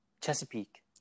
Chesapeake